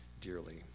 dearly